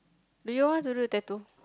do you all want to do tattoo